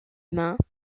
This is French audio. mains